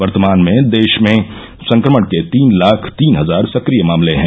वर्तमान में देश में संक्रमण के तीन लाख तीन हजार सक्रिय मामले हैं